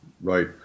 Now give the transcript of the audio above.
Right